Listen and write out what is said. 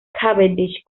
cavendish